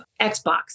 Xbox